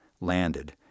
landed